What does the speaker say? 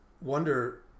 Wonder